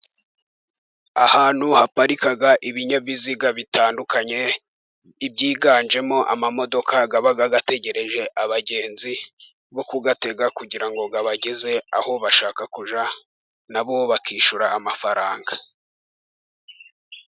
Ahantu haparika ibinyabiziga bitandukanye ibyiganjemo amamodoka yababa bategereje abagenzi bo kuyatega kugirango babageze aho bashaka nabo bakishyura amafaranga.